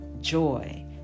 joy